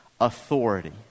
authority